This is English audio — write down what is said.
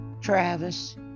Travis